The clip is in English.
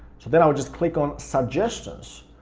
so then i would just click on suggestions.